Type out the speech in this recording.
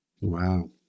Wow